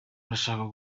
ndashaka